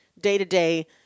day-to-day